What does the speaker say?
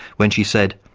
when she said,